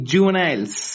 Juveniles